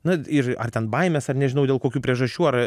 na ir ar ten baimės ar nežinau dėl kokių priežasčių ar